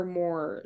more